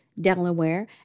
Delaware